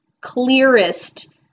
clearest